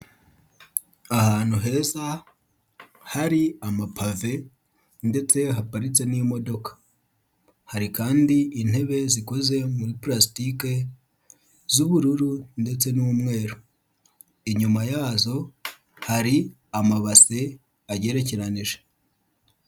Ahantu heza hari ama pave ndetse haparitse n'imodoka, hari kandi intebe zikoze muri pulastike z'ubururu ndetse n'umweru, inyuma yazo hari amabase agerekeranyije.